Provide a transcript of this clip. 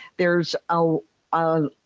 there's a ah